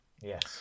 Yes